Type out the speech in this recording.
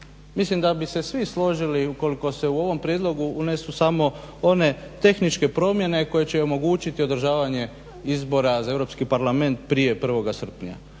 mislim da bi se svi složili ukoliko se u ovom prijedlogu unesu samo one tehničke promjene koje će i omogućiti održavanje izbora za Europski parlament prije 1. srpanja.